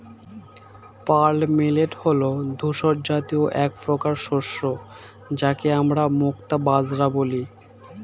pearl millet হল ধূসর জাতীয় একপ্রকার শস্য যাকে আমরা মুক্তা বাজরা বলি